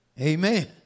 Amen